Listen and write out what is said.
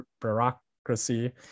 bureaucracy